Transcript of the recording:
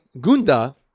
gunda